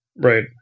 Right